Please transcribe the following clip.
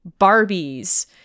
Barbies